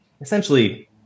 essentially